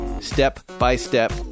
step-by-step